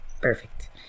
perfect